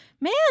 man